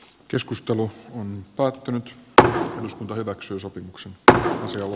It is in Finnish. keskustelu on pakko jättää päiväksi sopimuksen kaasuun